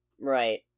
Right